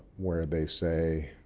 where they say,